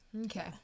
Okay